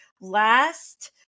last